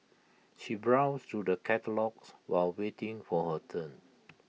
she browsed through the catalogues while waiting for her turn